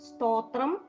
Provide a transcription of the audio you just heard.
Stotram